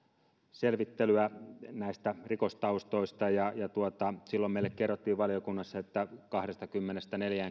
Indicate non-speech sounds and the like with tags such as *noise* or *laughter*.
selvittelyä näistä rikostaustoista ja silloin meille kerrottiin valiokunnassa että kahdestakymmenestätuhannesta *unintelligible*